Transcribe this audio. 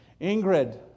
Ingrid